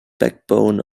backbone